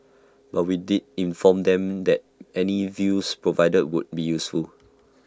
but we did inform them that any views provided would be useful